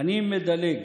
אני מדלג.